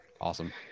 Awesome